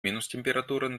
minustemperaturen